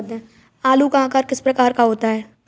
आलू का आकार किस प्रकार का होता है?